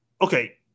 okay